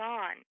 on